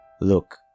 Look